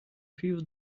few